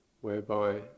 whereby